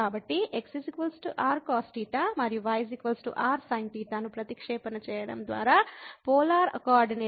కాబట్టి x r cosθ మరియు y r sinθ ను ప్రతిక్షేపణ చేయడం ద్వారా పోలార్ కోఆర్డినేట్కు మార్చడం